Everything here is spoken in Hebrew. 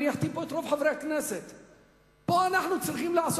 אני אחתים פה את רוב חברי הכנסת.